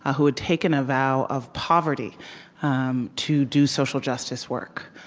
ah who had taken a vow of poverty um to do social justice work.